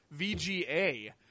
VGA